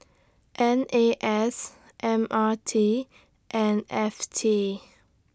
N A S M R T and F T